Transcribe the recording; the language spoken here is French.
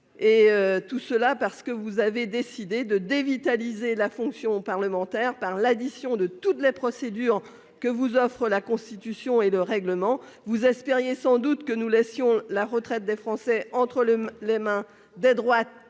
Vous avez en effet décidé de dévitaliser la fonction parlementaire par l'addition de toutes les procédures que vous offrent la Constitution et le règlement. Vous espériez sans doute que nous laisserions la retraite des Français entre les mains des droites